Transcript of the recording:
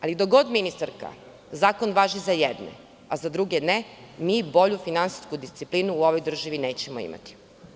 Ali, dok god ministarka, zakon važi za jedne, a za druge ne, mi bolju finansijsku disciplinu u ovoj državi nećemo imati.